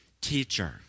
teacher